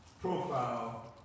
profile